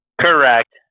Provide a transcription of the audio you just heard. Correct